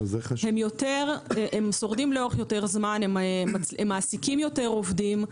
הם שורדים יותר זמן, מעסיקים יותר עובדים.